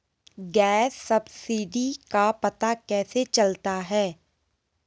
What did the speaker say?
Gas subsidy का पता कैसे चलता है?